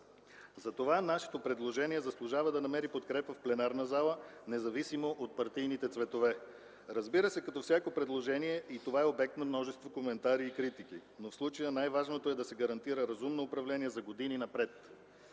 трайна. Нашето предложение заслужава да намери подкрепа в пленарната зала, независимо от партийните цветове. Разбира се, като всяко предложение, и това е обект на множество коментари и критики, но в случая най-важното е да се гарантира разумно управление за години напред,